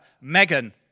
Megan